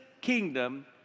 kingdom